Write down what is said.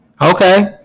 Okay